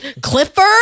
Clifford